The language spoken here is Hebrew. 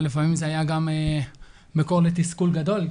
ולפעמים זה היה גם מקור לתסכול גדול,